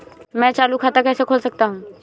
मैं चालू खाता कैसे खोल सकता हूँ?